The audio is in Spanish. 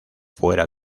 fuera